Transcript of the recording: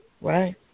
Right